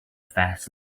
fast